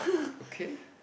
okay